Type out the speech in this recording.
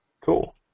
Cool